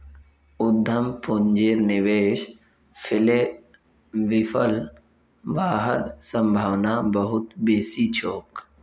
उद्यम पूंजीर निवेश विफल हबार सम्भावना बहुत बेसी छोक